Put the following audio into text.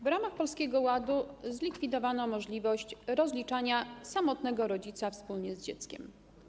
W ramach Polskiego Ładu zlikwidowano możliwość rozliczania samotnego rodzica wspólnie z dzieckiem.